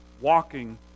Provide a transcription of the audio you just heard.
walking